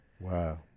Wow